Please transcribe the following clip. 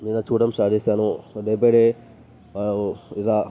నేను చూడడం స్టార్ట్ చేసాను డే బై డే వాడు ఇలా